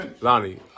Lonnie